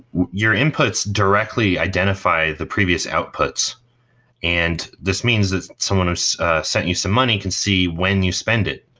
your inputs directly identify the previous outputs and this means that someone who sent you some money can see when you spend it,